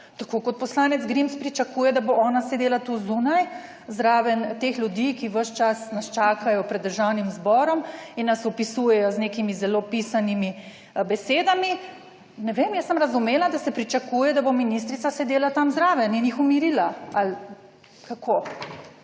Tako kot poslanec Grims pričakuje, da bo ona sedela tu zunaj, zraven teh ljudi, ki ves čas nas čakajo pred Državnim zborom in nas opisujejo z nekimi zelo pisanimi besedami, ne vem, jaz sem razumela, da se pričakuje, da bo ministrica sedela tam zraven in jih umirila ali kako.